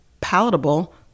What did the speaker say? palatable